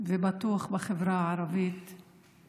ובטח בחברה הערבית, היא